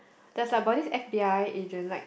there's like about this F_B_I agent like